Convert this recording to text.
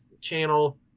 channel